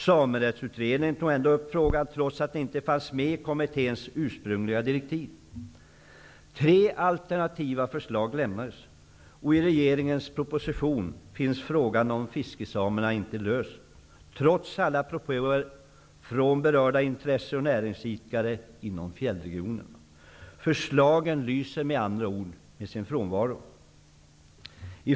Samerättsutredningen tog upp frågan, trots att den inte fanns med i kommitténs ursprungliga direktiv. Tre alternativa förslag lämnades, och i regeringens proposition finns ingen lösning på frågan om fiskesamerna, trots alla propåer från berörda intressenter och näringsidkare inom fjällregionerna. Förslagen lyser med andra ord med sin frånvaro.